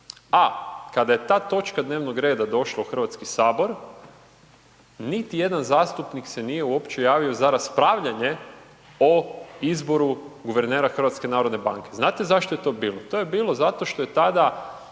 a kada je ta točka dnevnog reda došla u Hrvatski sabor niti jedan zastupnik se nije uopće javio za raspravljanje o izboru guvernera HNB-a. Znate zašto je to bilo? To je bilo zato što je tada